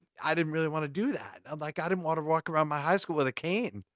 i didn't really want to do that. i'm like, i didn't want to walk around my high school with a cane!